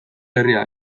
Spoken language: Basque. herria